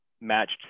matched